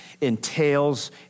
entails